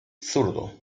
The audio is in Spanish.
zurdo